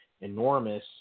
enormous